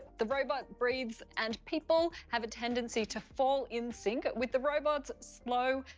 the robot breathes, and people have a tendency to fall in sync with the robot's slow,